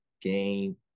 game